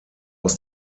aus